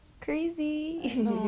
Crazy